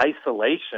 isolation